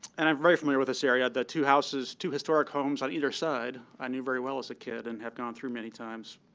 and i'm very familiar with this area. the two houses two historic homes on either side i knew very well as a kid and have gone through many times.